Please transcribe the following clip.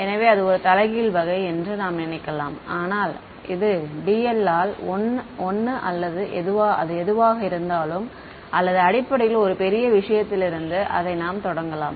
எனவே இது ஒரு தலைகீழ் வகை என்று நாம் நினைக்கலாம் ஆனால் இது dl ஆல் 1 அல்லது அது எதுவாக இருந்தாலும் அல்லது அடிப்படையில் ஒரு பெரிய விஷயத்திலிருந்து அதை நாம் தொடங்கலாம்